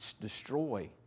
destroy